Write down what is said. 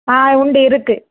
ஆ அது உண்டு இருக்குது